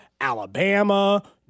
Alabama